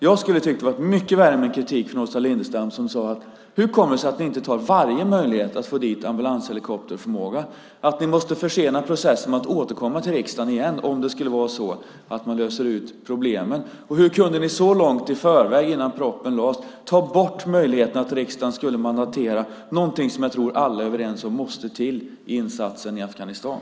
Jag tycker att det vore mycket värre med kritik från Åsa Lindestam som frågade hur det kommer sig att vi inte tar varje möjlighet att få dit ambulanshelikopterförmåga och att vi måste försena processen genom att återkomma till riksdagen igen om det skulle vara så att problemen löses ut - om det hade handlat om att vi långt i förväg, innan propositionen lades fram, hade tagit bort möjligheten för riksdagen att mandatera någonting som jag tror att alla är överens om måste till i insatsen i Afghanistan.